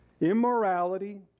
immorality